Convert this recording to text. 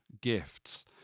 gifts